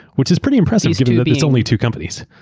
which is pretty impressive given that it's only two companies.